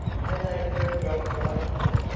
i vote for a drop right here!